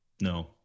No